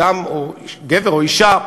גבר או אישה,